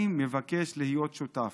אני מבקש להיות שותף,